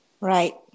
Right